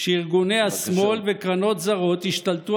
האם יעלה על הדעת שארגוני השמאל וקרנות זרות ישתלטו